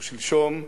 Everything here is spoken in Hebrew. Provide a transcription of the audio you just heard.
או שלשום,